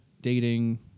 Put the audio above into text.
dating